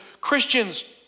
Christians